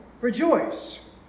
rejoice